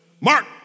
Mark